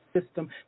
system